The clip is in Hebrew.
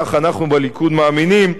כך אנחנו בליכוד מאמינים,